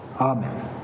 Amen